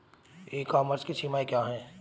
ई commerce की सीमाएं क्या हैं?